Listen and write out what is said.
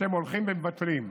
אתם הולכים ומבטלים.